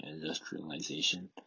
industrialization